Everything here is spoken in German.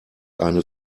eine